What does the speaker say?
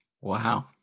Wow